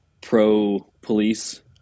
pro-police